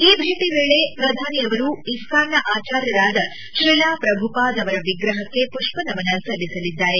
ಈ ಭೇಟ ವೇಳೆ ಪ್ರಧಾನಿ ಅವರು ಇಸ್ನಾನ್ ನ ಆಚಾರ್ಯರಾದ ಶ್ರಿಲಾ ಪ್ರಭುಪಾದ್ ಅವರ ವಿಗ್ರಹಕ್ಕೆ ಪುಷ್ಪನಮನ ಸಲ್ಲಿಸಲಿದ್ದಾರೆ